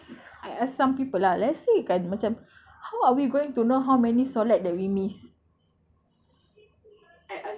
until kita mampus then I asked I asked some people lah let's say kan macam how are we going to know how many solat that we missed